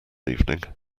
evening